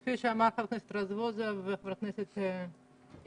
כפי שאמרו ח"כ רזבוזוב וח"כ אימאן,